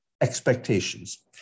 expectations